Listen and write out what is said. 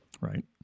Right